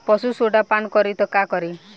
पशु सोडा पान करी त का करी?